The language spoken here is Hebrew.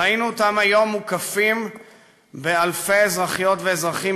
ראינו אותם היום מוקפים באלפי אזרחיות ואזרחים,